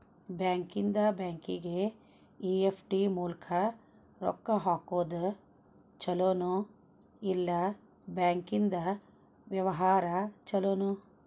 ಬ್ಯಾಂಕಿಂದಾ ಬ್ಯಾಂಕಿಗೆ ಇ.ಎಫ್.ಟಿ ಮೂಲ್ಕ್ ರೊಕ್ಕಾ ಹಾಕೊದ್ ಛಲೊನೊ, ಇಲ್ಲಾ ಬ್ಯಾಂಕಿಂದಾ ವ್ಯವಹಾರಾ ಛೊಲೊನೊ?